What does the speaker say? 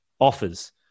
offers